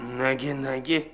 nagi nagi